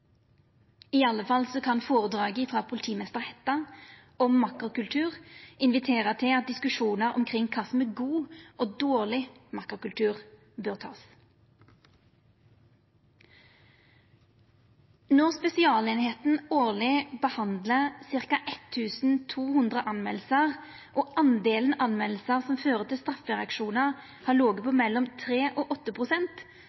I alle fall kan foredraget til politimeister Hætta om makkerkultur invitera til at ein tek diskusjonar omkring kva som er god og dårlig makkerkultur. Når Spesialeininga årleg behandlar ca. 1 200 meldingar og delen meldingar som fører til straffereaksjonar, har